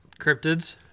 cryptids